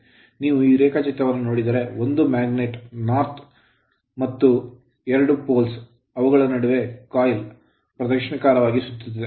ನೀವು ಈ ರೇಖಾಚಿತ್ರವನ್ನು ನೋಡಿದರೆ ಒಂದು mangnet ಕಾಂತವಿದೆ North N ಉತ್ತರ ಎನ್ ಮತ್ತು ದಕ್ಷಿಣ ಎಸ್ ಎಂಬ ಎರಡು poles ಧ್ರುವಗಳಿವೆ ಅವುಗಳ ನಡುವೆ coil ಕಾಯಿಲ್ ಪ್ರದಕ್ಷಿಣಾಕಾರವಾಗಿ ಸುತ್ತುತ್ತಿದೆ